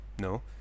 No